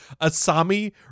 Asami